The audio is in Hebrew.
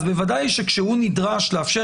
אז בוודאי שכשהוא נדרש לאפשר,